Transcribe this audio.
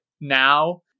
now